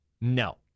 No